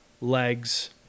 legs